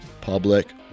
public